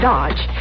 Dodge